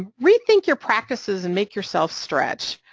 rethink your practices and make yourself stretch,